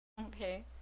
Okay